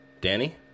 Danny